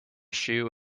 shoe